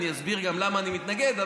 אני אסביר גם למה אני מתנגד.